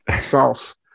sauce